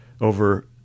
over